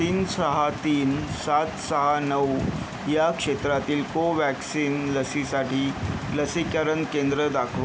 तीन सहा तीन सात सहा नऊ या क्षेत्रातील कोव्हॅक्सिन लसीसाठी लसीकरण केंद्र दाखव